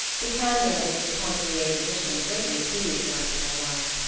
the candor of mrs. pontellier's admission greatly pleased mademoiselle reisz.